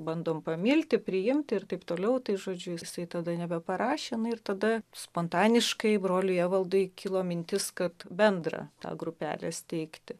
bandom pamilti priimti ir taip toliau tai žodžiu jisai tada nebeparašė na ir tada spontaniškai broliui evaldui kilo mintis kad bendrą tą grupelę steigti